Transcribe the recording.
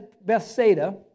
Bethsaida